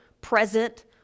present